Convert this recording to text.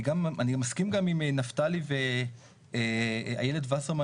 וגם אני מסכים גם עם נפתלי ואיילת וסרמן